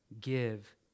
give